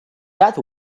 that